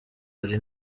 ari